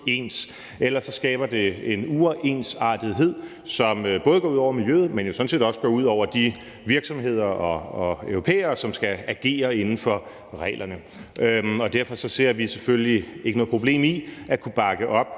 Ellers skaber det en uensartethed, som både går ud over miljøet, men jo sådan set også går ud over de virksomheder og europæere, som skal agere inden for reglerne. Derfor ser vi selvfølgelig ikke noget problem i at kunne bakke op